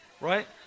Right